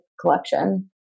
collection